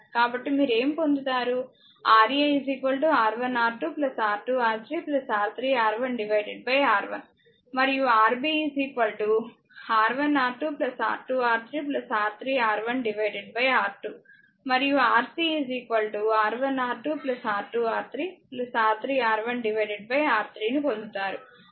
కాబట్టిమీరు ఏమి పొందుతారు Ra R1R2 R2R3 R3R1 R1 మరియు Rb R1R2 R2R3 R3R1 R2 మరియు Rc R1R2 R2R3 R3R1 R3 ను పొందుతారు